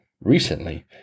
recently